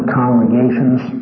congregations